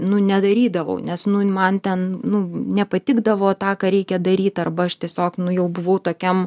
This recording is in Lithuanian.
nu nedarydavau nes nu man ten nu nepatikdavo tą ką reikia daryt arba aš tiesiog nu jau buvau tokiam